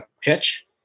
pitch